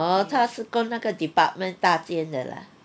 oh 他是跟那个 department 大间的 lah